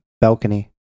balcony